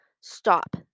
stop